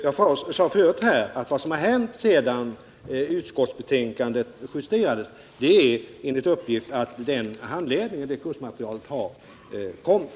Jag sade förut här att vad som hänt efter det att utskottsbetänkandet justerades enligt uppgift är att kursmaterialet har kommit.